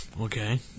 Okay